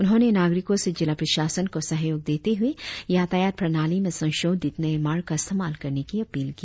उन्होंने नागरिकों से जिला प्रशासन को सहयोग देते हुए यातायात प्रणाली में संशोधित नए मार्ग का इस्तेमाल करने की अपील की